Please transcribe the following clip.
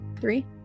three